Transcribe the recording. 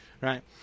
Right